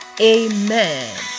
Amen